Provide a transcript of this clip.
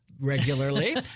regularly